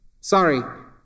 Sorry